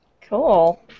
Cool